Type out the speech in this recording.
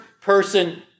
person